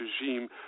regime